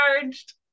charged